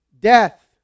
death